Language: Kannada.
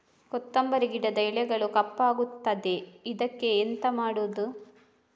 ಕೊತ್ತಂಬರಿ ಗಿಡದ ಎಲೆಗಳು ಕಪ್ಪಗುತ್ತದೆ, ಇದಕ್ಕೆ ಎಂತ ಮಾಡೋದು?